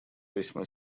весьма